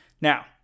Now